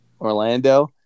Orlando